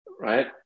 right